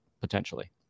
potentially